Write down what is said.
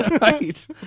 right